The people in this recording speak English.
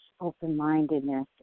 open-mindedness